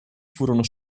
furono